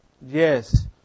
Yes